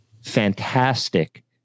fantastic